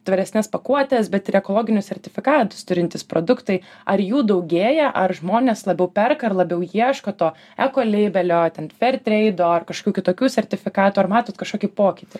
tvaresnes pakuotes bet ir ekologinius sertifikatus turintys produktai ar jų daugėja ar žmonės labiau perka ar labiau ieško to ekoleibelio a ten fertreido ar kažkokių kitokių sertifikatų ar matot kažkokį pokytį